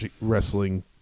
Wrestling